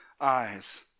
eyes